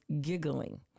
giggling